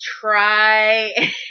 try